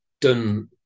done